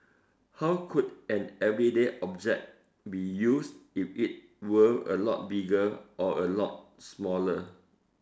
how could an everyday object be used if it were a lot bigger or a lot smaller